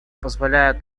позволяет